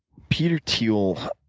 peter thiel